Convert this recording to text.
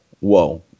whoa